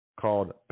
called